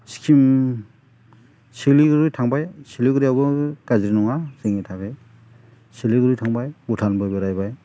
सिक्किम सिलिगुरि थांबाय सिलिगुरियावबो गाज्रि नङा जोंनि थाखाय सिलिगुरि थांबाय भुटानबो बेरायबाय